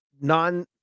non